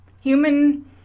human